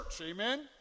Amen